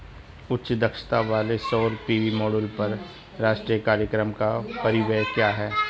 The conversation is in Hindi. उच्च दक्षता वाले सौर पी.वी मॉड्यूल पर राष्ट्रीय कार्यक्रम का परिव्यय क्या है?